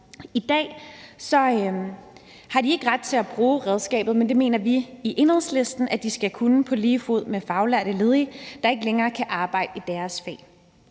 I dag har de ikke ret til at bruge redskabet, men det mener vi i Enhedslisten at de skal kunne på lige fod med faglærte ledige, der ikke længere kan arbejde i deres fag.